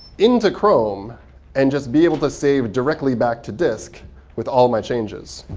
into chrome and just be able to save directly back to disk with all my changes.